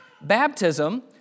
Baptism